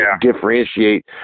differentiate